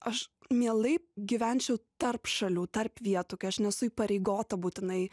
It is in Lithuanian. aš mielai gyvenčiau tarp šalių tarp vietų kai aš nesu įpareigota būtinai